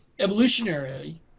evolutionarily